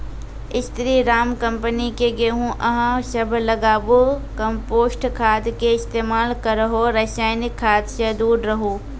स्री Ram company के गेहूँ अहाँ सब लगाबु कम्पोस्ट खाद के इस्तेमाल करहो रासायनिक खाद से दूर रहूँ?